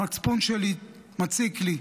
המצפון שלי מציק לי.